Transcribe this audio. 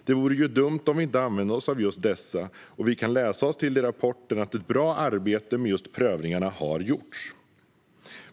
Det vore dumt om vi inte använde oss av dessa, och vi kan läsa oss till i rapporten att ett bra arbete med prövningarna har gjorts.